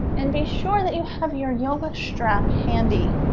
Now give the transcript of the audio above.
and be sure that you have your yoga strap handy